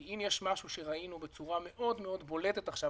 כי אם יש משהו שראינו בצורה מאוד בולטת עכשיו